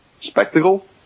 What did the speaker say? spectacle